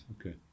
okay